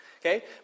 okay